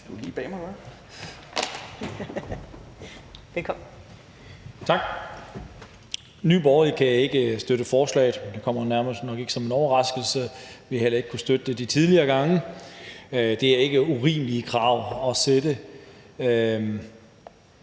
Nye Borgerlige kan ikke støtte forslaget, og det kommer nok ikke som en overraskelse. Vi har heller ikke kunnet støtte det de tidligere gange. Det er ikke urimelige krav at stille.